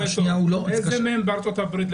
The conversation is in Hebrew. איזה מדינות בארצות הברית?